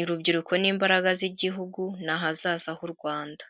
Urubyiruko ni imbaraga z'igihugu n'ahazaza h'u Rwanda.